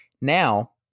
now